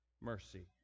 mercy